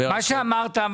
מה שאמרת,